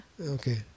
Okay